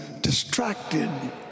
distracted